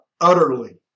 utterly